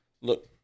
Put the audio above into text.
Look